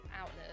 outlet